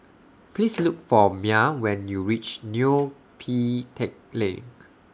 Please Look For Myah when YOU REACH Neo Pee Teck Lane